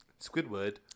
Squidward